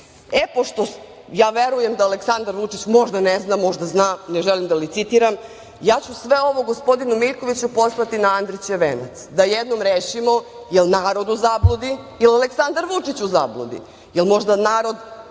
Miljković. Verujem da Aleksandar Vučić možda ne zna, možda zna, ne želim da licitiram, ja ću sve ovo o gospodinu Miljkoviću poslati na Andrićev venac, da jednom rešimo da li je narod u zabludi ili je Aleksandar Vučić u zabludi, da li možda narod